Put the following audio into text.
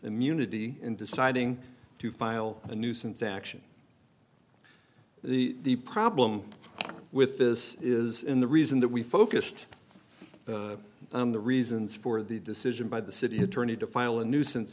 immunity in deciding to file a nuisance action the problem with this is in the reason that we focused on the reasons for the decision by the city attorney to file a nuisance